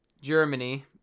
Germany